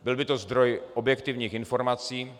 Byl by to zdroj objektivních informací.